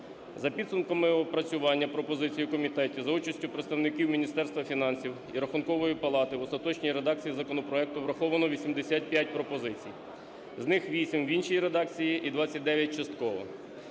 За підсумками опрацювання пропозицій у комітеті за участю представників Міністерства фінансів і Рахункової палати в остаточній редакції законопроекту враховано 85 пропозицій, з них 8 – в іншій редакції і 29 – частково.